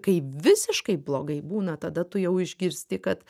kai visiškai blogai būna tada tu jau išgirsti kad